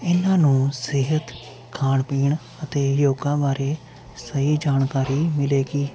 ਇਹਨਾਂ ਨੂੰ ਸਿਹਤ ਖਾਣ ਪੀਣ ਅਤੇ ਯੋਗਾ ਬਾਰੇ ਸਹੀ ਜਾਣਕਾਰੀ ਮਿਲੇਗੀ